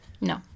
No